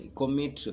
commit